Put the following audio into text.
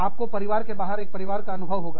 आपको परिवार के बाहर एक परिवार का अनुभव होगा